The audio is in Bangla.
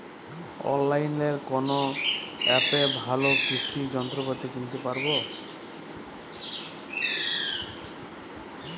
অনলাইনের কোন অ্যাপে ভালো কৃষির যন্ত্রপাতি কিনতে পারবো?